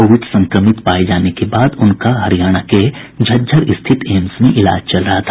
Covid संक्रमित पाये जाने के बाद उनका हरियाणा के झज्जर स्थित एम्स में इलाज चल रहा था